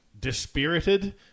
Dispirited